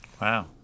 Wow